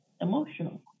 emotional